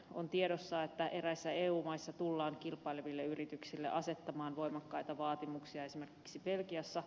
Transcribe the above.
on tiedossa että eräissä eu maissa tullaan kilpaileville yrityksille asettamaan voimakkaita vaatimuksia esimerkiksi belgiassa